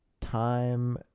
time